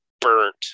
burnt